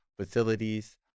facilities